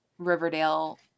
Riverdale